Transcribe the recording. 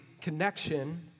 connection